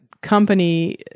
company